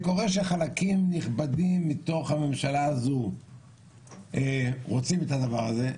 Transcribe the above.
זה קורה כשחלקים נכבדים מתוך הממשלה הזאת רוצים את הדבר הזה.